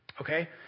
Okay